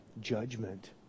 Judgment